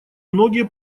многие